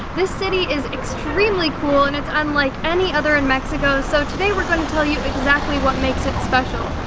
this city is extremely cool and it's unlike any other in mexico, so today we're going to tell you exactly what makes it special.